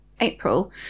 April